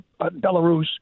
Belarus